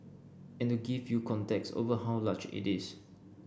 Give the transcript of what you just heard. and to give you context over how large it is